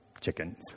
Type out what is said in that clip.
chickens